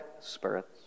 spirits